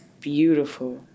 beautiful